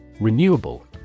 Renewable